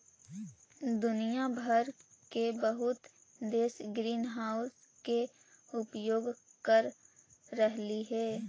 दुनिया भर के बहुत देश ग्रीनहाउस के उपयोग कर रहलई हे